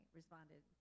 responded